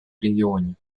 регионе